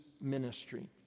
ministry